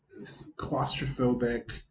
claustrophobic